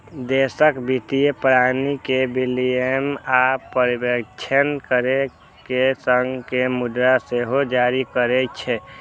देशक वित्तीय प्रणाली के विनियमन आ पर्यवेक्षण करै के संग ई मुद्रा सेहो जारी करै छै